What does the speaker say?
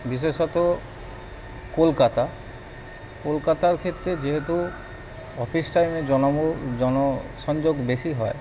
বিশেষত কলকাতা কলকাতার ক্ষেত্রে যেহেতু অফিস টাইমে জনবহু জনসংযোগ বেশি হয়